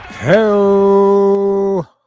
Hello